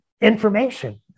information